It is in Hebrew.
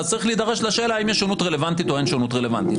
אז צריך להידרש לשאלה: האם יש שונות רלוונטית או אין שונות רלוונטית?